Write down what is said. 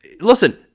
Listen